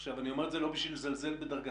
עכשיו אני אומר את זה לא בשביל לזלזל בדרגתך,